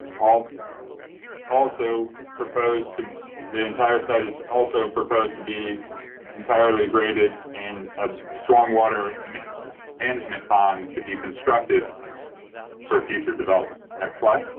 ah also proposed to the entire site is also proposed to be entirely graded and a strong water management on the deconstructed for future development. next slide.